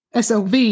SOV